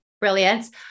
brilliance